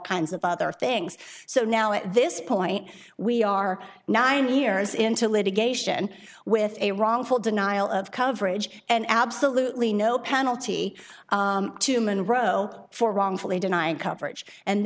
kinds of other things so now at this point we are nine years into litigation with a wrongful denial of coverage and absolutely no penalty to monroe for wrongfully denying coverage and